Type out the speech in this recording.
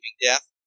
death